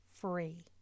free